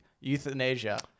Euthanasia